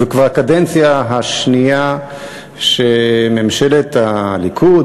זו כבר הקדנציה השנייה שממשלת הליכוד,